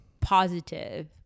positive